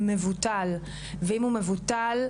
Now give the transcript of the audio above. מבוטל ואם הוא מבוטל,